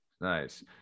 Nice